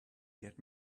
get